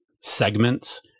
segments